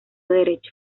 derecho